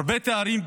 הרבה תארים